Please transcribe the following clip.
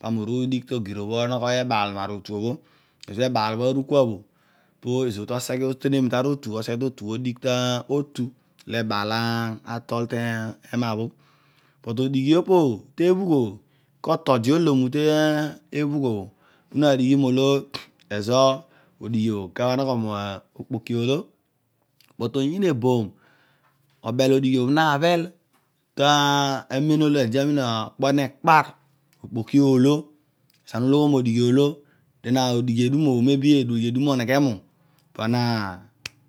Pami uru digh to ogir obho onoghooy mebaal. Kra ratu obho bho ezour ezo bho ebaal aru kua bha po to oseghe oferemi an aritu oseghe to tu odigh to tu lebaal atol te ama bho ke deo odighi opo bho teebhugh obho ko'todi olo mu teblaugh obhe pu na digni molo ezo odighi obho kanogho ma okpoki, olo kedio oyiin eboom obel odighi bho nabhel ta men olo ede amen okpo nutapar okpoki olo ezo ane ughol odighi olo den odishi edum obho me lo odighi edum obho oneghe mu, pana